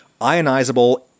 ionizable